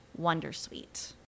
wondersuite